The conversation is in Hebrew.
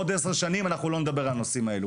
בעוד עשר שנים אנחנו לא נדבר על הנושאים האלה.